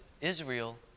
Israel